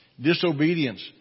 Disobedience